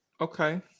Okay